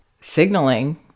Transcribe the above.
signaling